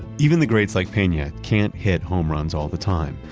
even the grades like pena can't hit home runs all the time.